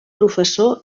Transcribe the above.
professor